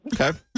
Okay